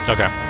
Okay